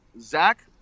Zach